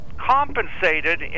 compensated